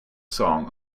song